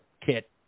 kit